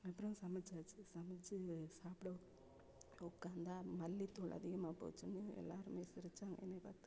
அப்புறம் சமைச்சாச்சு சமைத்து சாப்பிட உக்காந்தால் மல்லித்தூள் அதிகமாக போச்சுன்னு எல்லோருமே சிரிச்சாங்க என்னை பார்த்து